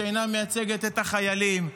שאינה מייצגת את החיילים.